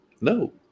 No